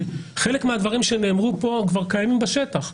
חלק מהדברים שנאמרו כאן כבר קיימים בשטח.